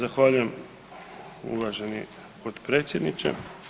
Zahvaljujem uvaženi potpredsjedniče.